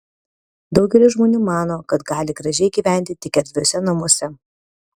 daugelis žmonių mano kad gali gražiai gyventi tik erdviuose namuose